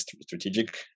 strategic